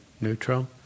neutral